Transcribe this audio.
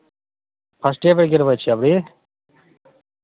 फर्स्टे बेर गिरबै छियै अभी